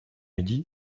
midi